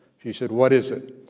she said, what is it?